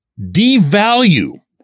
devalue